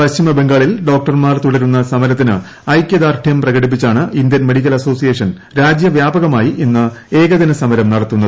പശ്ചിമ ബംഗാളിൽ ഡോക്ടർമാർ തുടരുന്ന സമരത്തിന് ഐകൃദാർഢൃം പ്രകടിപ്പിച്ചാണ് ഇന്തൃൻ മെഡിക്കൽ അസോസിയേഷൻ രാജൃവൃാപകമായി ഇന്ന് ഏകദിന സമരം നടത്തുന്നത്